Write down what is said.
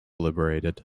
liberated